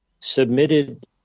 submitted